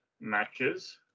matches